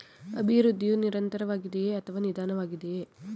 ಅಭಿವೃದ್ಧಿಯು ನಿರಂತರವಾಗಿದೆಯೇ ಅಥವಾ ನಿಧಾನವಾಗಿದೆಯೇ?